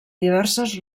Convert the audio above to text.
diverses